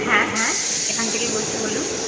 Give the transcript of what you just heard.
হ্যাঁ হ্যাঁ এখান থেকেই বলছি বলুন